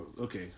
Okay